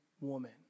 woman